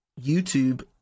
youtube